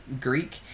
Greek